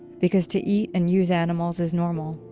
because to eat and use animals is normal,